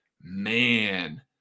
Man